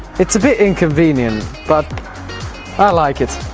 it's a bit inconvenient but. i like it